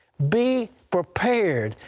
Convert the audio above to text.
be prepared.